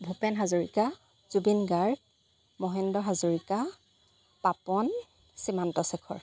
Bhupen Hazarika Zubeen Garg Mahendra Hazarika Papon Simanta Shekhar